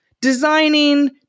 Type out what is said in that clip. designing